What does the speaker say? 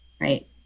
right